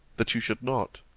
that you should not